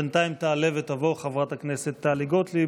בינתיים, תעלה ותבוא חברת הכנסת טלי גוטליב